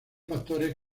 factores